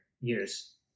years